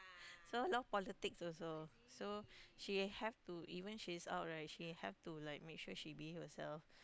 so a lot of politics also so she have to even she's out right she have to like make sure she behave herself